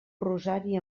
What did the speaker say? rosari